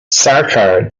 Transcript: sarkar